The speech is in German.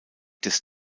des